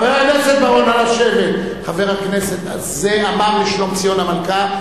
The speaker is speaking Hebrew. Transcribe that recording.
חבר הכנסת, זה אמר לשלומציון המלכה.